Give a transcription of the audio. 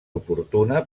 oportuna